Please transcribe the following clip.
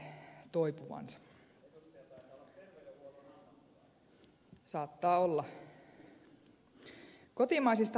saattaa olla